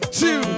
two